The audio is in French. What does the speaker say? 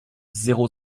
zéro